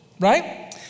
Right